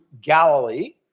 Galilee